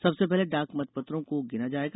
सबसे पहले डाक मतपत्रों को गिना जाएगा